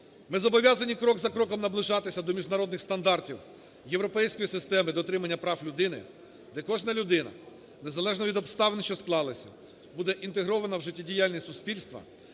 Ми зобов'язані крок за кроком наближатися до міжнародних стандартів європейської системи дотримання прав людини, де кожна людина, незалежно від обставин, що склалися, буде інтегрована в життєдіяльність суспільства